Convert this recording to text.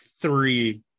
three